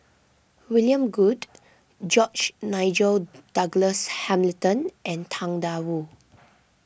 William Goode George Nigel Douglas Hamilton and Tang Da Wu